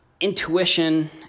intuition